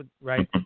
right